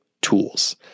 tools